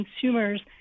consumers